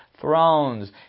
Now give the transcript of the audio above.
Thrones